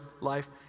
life